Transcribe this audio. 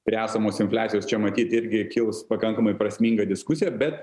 prie esamos infliacijos čia matyt irgi kils pakankamai prasminga diskusija bet